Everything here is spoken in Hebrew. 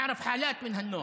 תנו להם אפשרות לפרוס את הסכום,